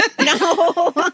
No